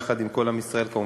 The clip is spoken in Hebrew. יחד עם כל עם ישראל כמובן,